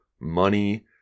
money